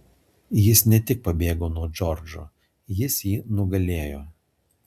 jis ne tik pabėgo nuo džordžo jis jį nugalėjo